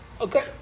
Okay